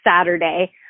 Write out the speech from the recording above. Saturday